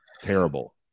terrible